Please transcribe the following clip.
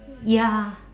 ya